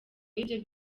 yibyo